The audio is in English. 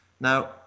Now